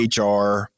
HR